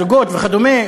זוגות וכדומה,